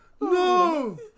No